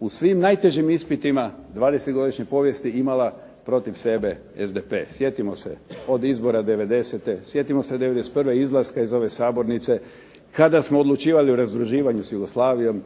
u svim najtežim ispitima 20-godišnje povijesti imala protiv sebe SDP. Sjetimo se od izbora '90-te, sjetimo se '91. izlaska iz ove sabornice kada smo odlučivali o razdruživanju s Jugoslavijom,